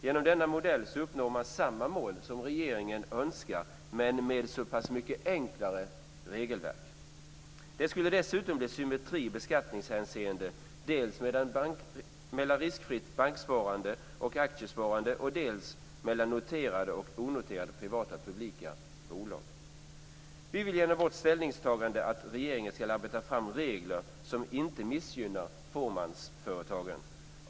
Genom denna modell uppnår man samma mål som regeringen önskar men med så pass mycket enklare regelverk. Det skulle dessutom bli symmetri i beskattningshänseende dels mellan riskfritt banksparande och aktiesparande, dels mellan noterade och onoterade privata och publika bolag. Vi vill genom vårt ställningstagande att regeringen ska arbeta fram regler som inte missgynnar fåmansföretagen.